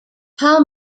pall